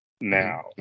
Now